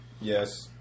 Yes